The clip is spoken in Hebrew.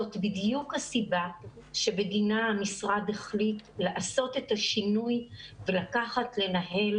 זאת בדיוק הסיבה שבגינה המשרד החליט לעשות את השינוי ולקחת לנהל